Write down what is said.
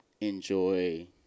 enjoy